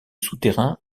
souterrain